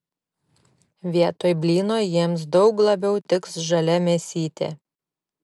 vietoj blyno jiems daug labiau tiks žalia mėsytė